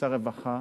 כשר הרווחה: